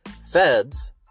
feds